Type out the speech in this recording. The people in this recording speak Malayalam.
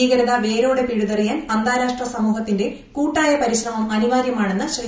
ഭീകരത വേരോടെ പിഴുതെറിയാൻ അന്താരാഷ്ട്ര സമൂഹത്തിന്റെ കൂട്ടായ പരിശ്രമം അനിവാര്യമാ ണെന്ന് ശ്രീ